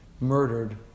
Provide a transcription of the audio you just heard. murdered